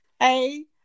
hey